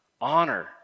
honor